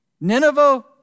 Nineveh